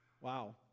Wow